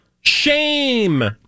shame